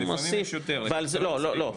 יש יותר, זה לא מספיק.